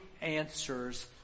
answers